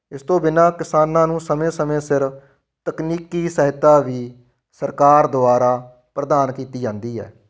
ਇਸ ਤੋਂ ਬਿਨਾਂ ਕਿਸਾਨਾਂ ਨੂੰ ਸਮੇਂ ਸਮੇਂ ਸਿਰ ਤਕਨੀਕੀ ਸਹਾਇਤਾ ਵੀ ਸਰਕਾਰ ਦੁਆਰਾ ਪ੍ਰਦਾਨ ਕੀਤੀ ਜਾਂਦੀ ਹੈ